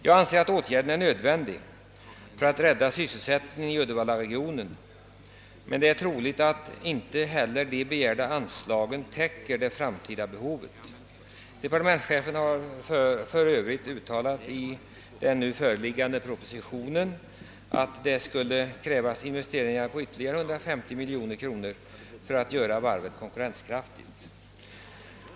Jag anser att åtgärden är nödvändig för att rädda sysselsättningen i Uddevallaregionen. Det är troligt att inte heller de begärda anslagen täcker det framtida behovet. Departementschefen har för övrigt i den nu föreliggande propositionen uttalat, att det skulle krävas investeringar på ytterligare 150 miljoner kronor för att göra varvet konkurrenskraftigt.